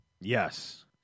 Yes